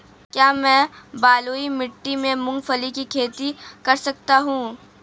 क्या मैं बलुई मिट्टी में मूंगफली की खेती कर सकता हूँ?